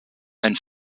ein